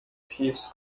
his